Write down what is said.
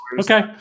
Okay